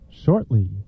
shortly